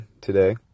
today